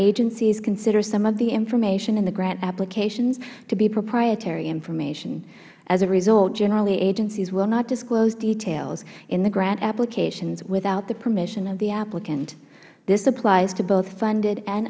agencies consider some of the information in the grant applications to be proprietary information as a result generally agencies will not disclose details in the grant applications without the permission of the applicant this applies to both funded and